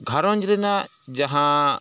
ᱜᱷᱟᱨᱚᱸᱡᱽ ᱨᱮᱱᱟᱜ ᱡᱟᱦᱟᱸ